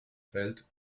fällt